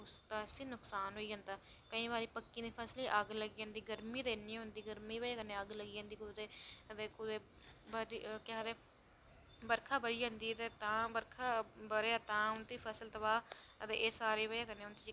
ते उसदा उसी नुक्सान होई जंदा केई बारी पक्की दियें फसलें ई अग्ग लग्गी जंदी ते कुदै केह् आक्खदे ते बर्खा ब'री जंदी ते तां बर्खा ते तां उंदी फसल तबाह् ते एह् सारी बजह कन्नै उंदी सारी